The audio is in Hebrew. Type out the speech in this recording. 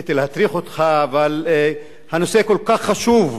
רציתי להטריח אותך, אבל הנושא כל כך חשוב,